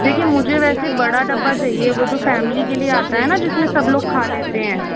देखिए मुझे वैसे बड़ा डब्बा चाहिए वो जो फैमिली के लिए आता है न जिसमें सब लोग खा लेते हैं